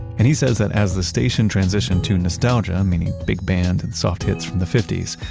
and he says that as the station transitioned to nostalgia, meaning big band, and soft hits from the fifty s,